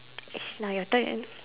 it's now your turn